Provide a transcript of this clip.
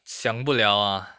想不了 ah